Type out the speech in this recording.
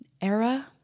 era